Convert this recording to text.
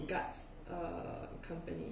guards uh company